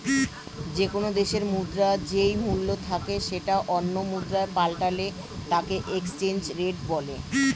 কোনো দেশের মুদ্রার যেই মূল্য থাকে সেটা অন্য মুদ্রায় পাল্টালে তাকে এক্সচেঞ্জ রেট বলে